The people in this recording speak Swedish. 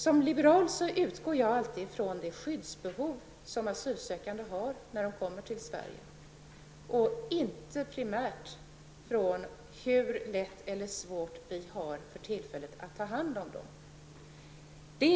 Som liberal utgår jag alltid från det skyddsbehov som en asylsökande har vid ankomsten till Sverige, inte primärt från hur lätt eller svårt vi för tillfället har att ta hand om vederbörande.